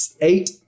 eight